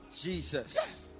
Jesus